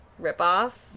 ripoff